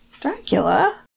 Dracula